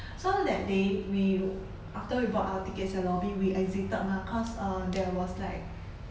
so that day we after we bought our tickets at lobby we exited mah cause err there was like